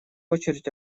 очередь